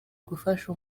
gufasha